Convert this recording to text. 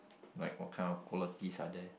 like what kind of qualities are there